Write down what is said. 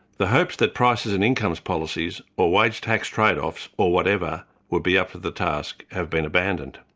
the hopes that prices and incomes policies or wage tax trade-offs, or whatever would be up to the task, have been abandoned.